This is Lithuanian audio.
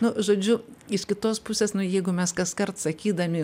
nu žodžiu is kitos pusės nu jeigu mes kaskart sakydami